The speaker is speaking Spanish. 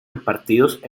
repartidos